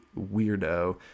weirdo